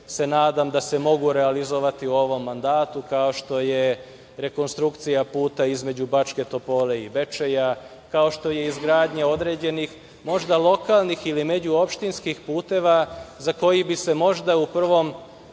se nadam da se mogu realizovati u ovom mandatu, kao što je rekonstrukcija puta između Bačke Topole i Bečeja, kao što je izgradnja određenih možda lokalnih ili međuopštinskih puteva o kojima bi se na prvu